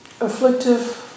afflictive